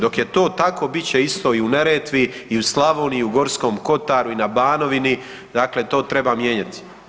Dok je to tako bit će isto i u Neretvi i u Slavoniji i u Gorskom kotaru i na Banovini, dakle to treba mijenjati.